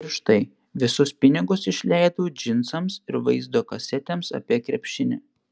ir štai visus pinigus išleidau džinsams ir vaizdo kasetėms apie krepšinį